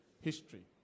history